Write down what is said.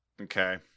Okay